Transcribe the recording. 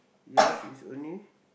yours is only